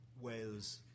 Wales